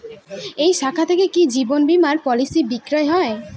এই শাখা থেকে কি জীবন বীমার পলিসি বিক্রয় হয়?